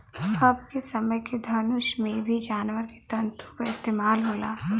अबके समय के धनुष में भी जानवर के तंतु क इस्तेमाल होला